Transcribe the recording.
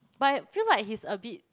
but it feel like he's a bit